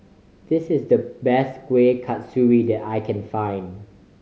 this is the best Kueh Kasturi that I can find